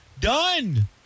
done